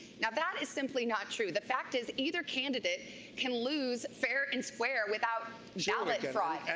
now, that is simply not true. the fact is either candidate can lose fair and square without ballot fraud.